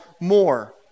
more